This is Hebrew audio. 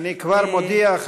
אני כבר מודיע,